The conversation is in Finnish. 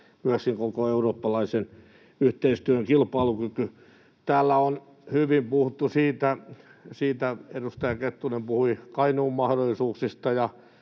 ja myöskin koko eurooppalaisen yhteistyön kilpailukyky. Täällä on hyvin puhuttu, edustaja Kettunen puhui Kainuun mahdollisuuksista